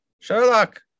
Sherlock